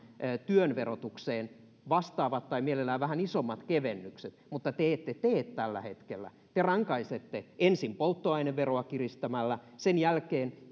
työn verotukseen vastaavat tai mielellään vähän isommat kevennykset mutta te ette tee tällä hetkellä te rankaisette ensin polttoaineveroa kiristämällä sen jälkeen